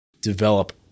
develop